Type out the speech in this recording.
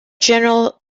general